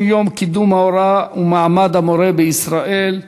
יום קידום ההוראה ומעמד המורה בישראל,